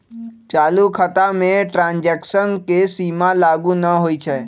चालू खता में ट्रांजैक्शन के सीमा लागू न होइ छै